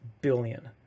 billion